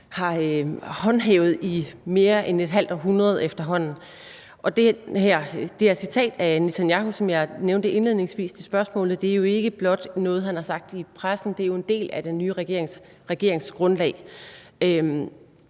har håndhævet i mere end et halvt århundrede efterhånden. Det her citat af Netanyahu, som jeg nævnte indledningsvis i spørgsmålet, er jo ikke blot noget, han har sagt i pressen, det er en del af den nye regerings